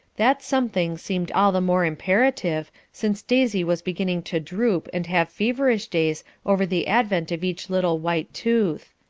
that something seemed all the more imperative, since daisy was beginning to droop and have feverish days over the advent of each little white tooth.